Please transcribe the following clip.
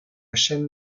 chaîne